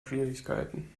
schwierigkeiten